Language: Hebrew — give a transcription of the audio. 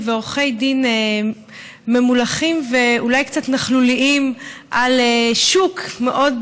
ועורכי דין ממולחים ואולי קצת נכלוליים על שוק מאוד